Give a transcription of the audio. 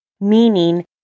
Meaning